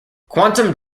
quantum